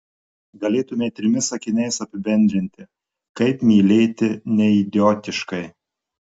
galėtumei trimis sakiniais apibendrinti kaip mylėti neidiotiškai